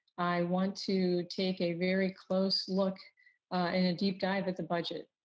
i want to take a very close look and a deep dive at the budget.